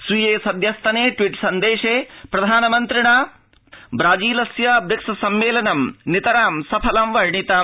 स्वीये सद्यस्तने ट्वीट् सन्देशे प्रधानमन्त्रिणा ब्राजीलस्य ब्रिक्स संमेलनं नितरां सफलं वर्णितम्